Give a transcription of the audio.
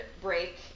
break